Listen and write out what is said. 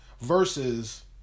versus